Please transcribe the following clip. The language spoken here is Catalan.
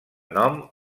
nom